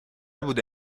بوده